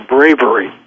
Bravery